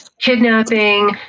kidnapping